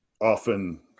often